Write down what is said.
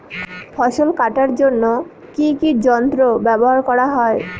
ফসল কাটার জন্য কি কি যন্ত্র ব্যাবহার করা হয়?